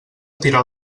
tirar